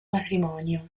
matrimonio